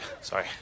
sorry